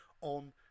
on